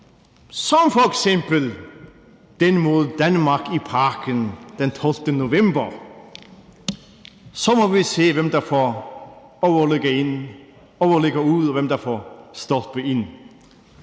som f.eks. den mod Danmark i Parken den 12. november. Så må vi se, hvem der får overligger – ud, og hvem der får stolpe – ind.